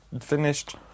finished